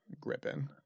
Gripping